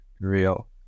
real